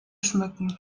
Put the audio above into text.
schmücken